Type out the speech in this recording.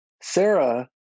Sarah